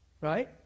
Right